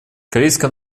корейская